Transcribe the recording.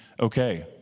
okay